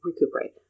recuperate